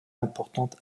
importante